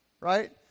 right